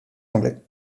anglais